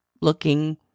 looking